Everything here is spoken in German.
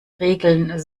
regeln